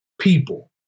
people